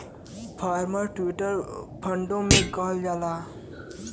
farmer tribute फ़ंडो भी कहल जाला